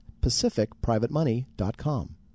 pacificprivatemoney.com